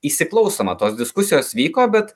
įsiklausoma tos diskusijos vyko bet